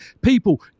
People